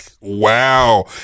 wow